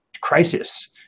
crisis